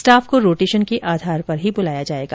staff को rotation के आधार पर ही बुलाया जाएगा